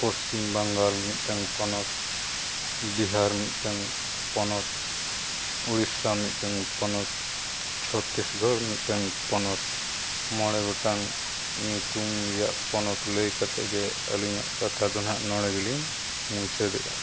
ᱯᱚᱥᱪᱷᱤᱢ ᱵᱟᱝᱜᱟᱞ ᱢᱤᱫᱴᱮᱱ ᱯᱚᱱᱚᱛ ᱵᱤᱦᱟᱨ ᱢᱤᱫᱴᱟᱹᱱ ᱯᱚᱱᱚᱛ ᱩᱲᱤᱥᱥᱟ ᱢᱤᱫᱴᱟᱱ ᱯᱚᱱᱚᱛ ᱪᱷᱚᱛᱨᱤᱥᱜᱚᱲ ᱢᱤᱫᱴᱟᱹᱱ ᱯᱚᱱᱚᱛ ᱢᱚᱬᱮ ᱜᱚᱴᱟᱝ ᱧᱩᱛᱩᱢ ᱨᱮᱭᱟᱜ ᱯᱚᱱᱚᱛ ᱞᱟᱹᱭ ᱠᱟᱛᱮᱫ ᱜᱮ ᱟᱹᱞᱤᱧᱟᱜ ᱠᱟᱛᱷᱟ ᱫᱚ ᱱᱟᱦᱟᱜ ᱱᱚᱸᱰᱮ ᱜᱮᱞᱤᱧ ᱢᱩᱪᱟᱹᱫᱮᱜᱼᱟ